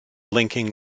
linking